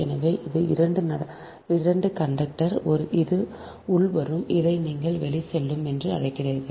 எனவே இது 2 conductor இது உள்வரும் இதை நீங்கள் வெளிச்செல்லும் என்று அழைக்கிறீர்கள்